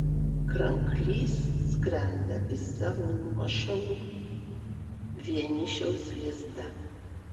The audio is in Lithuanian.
kranklys skrenda į savo nuošalų vienišiaus lizdą